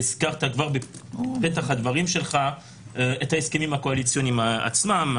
שהזכרת כבר בפתח הדברים שלך את ההסכמים הקואליציוניים עצמם.